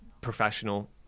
professional